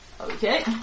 Okay